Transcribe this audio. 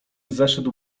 zeszedł